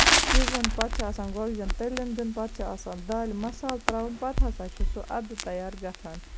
سِوُن پَتہٕ چھُ آسان گۄگجین تٔلیُن دیُن پَتہٕ چھُ آسان دالہِ مَسالہٕ تراوُن پَتہٕ ہسا چھُ سُہ اَدٕ تَیار گژھان